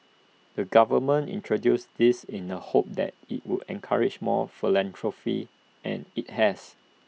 the government introduced this in the hope that IT would encourage more philanthropy and IT has